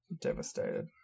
devastated